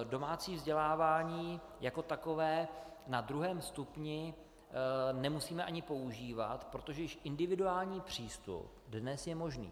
Domácí vzdělávání jako takové na druhém stupni nemusíme ani používat, protože již individuální přístup dnes je možný.